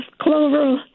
clover